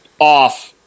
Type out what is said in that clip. off